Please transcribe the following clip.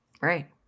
right